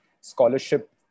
scholarship